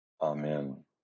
Amen